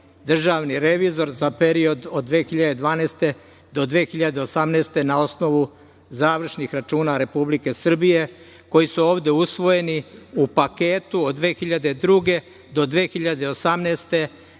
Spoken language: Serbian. državni revizor za period od 2012. do 2018. godine, na osnovu završnih računa Republike Srbije koji su ovde usvojeni u paketu od 2002. do 2018.